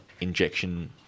injection